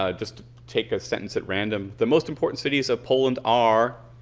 ah just take a sentence at random. the most important cities of poland are,